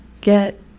get